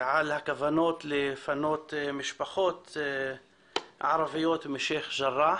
ועל הכוונות לפנות משפחות ערביות משייח' ג'ראח.